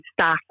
staff